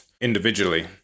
individually